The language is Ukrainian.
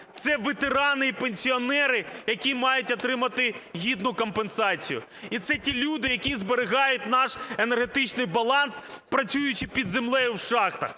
Це ветерани і пенсіонери, які мають отримати гідну компенсацію. І це ті люди, які зберігають наш енергетичний баланс, працюючи під землею в шахтах.